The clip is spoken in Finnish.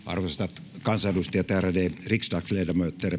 arvoisat kansanedustajat ärade riksdagsledamöter